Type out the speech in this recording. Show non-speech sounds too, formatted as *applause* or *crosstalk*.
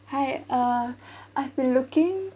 hi uh *breath* I've been looking